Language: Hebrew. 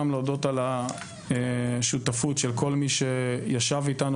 גם להודות על השותפות של כל מי שישב איתנו